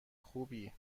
خوبی